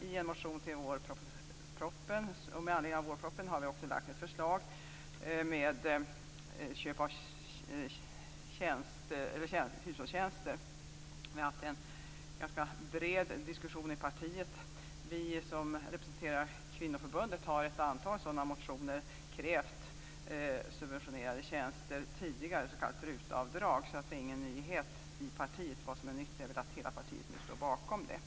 I en motion med anledning av vårpropositionen har vi alltså ett förslag om köp av hushållstjänster. Vi har haft en ganska bred diskussion i partiet. Vi som representerar Centerns kvinnoförbund har tidigare i ett antal motioner krävt just subventionerade tjänster, s.k. RUT-avdrag. Detta är alltså ingen nyhet i partiet. Vad som möjligen är nytt är att hela partiet nu står bakom det här.